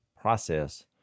process